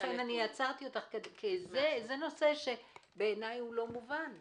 לכן עצרתי אותך, כי זה נושא שלא מובן בעיניי.